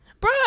Bruh